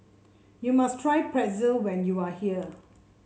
you must try Pretzel when you are here